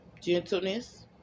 gentleness